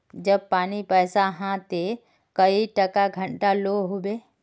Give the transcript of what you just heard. जब पानी पैसा हाँ ते कई टका घंटा लो होबे?